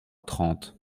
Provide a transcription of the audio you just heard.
trente